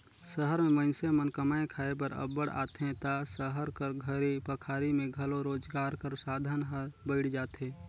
सहर में मइनसे मन कमाए खाए बर अब्बड़ आथें ता सहर कर घरी पखारी में घलो रोजगार कर साधन हर बइढ़ जाथे